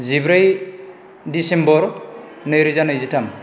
जिब्रै दिसेम्बर नै रोजा नैजिथाम